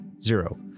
zero